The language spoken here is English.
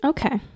Okay